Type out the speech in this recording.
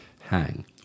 hang